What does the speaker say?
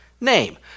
name